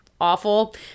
awful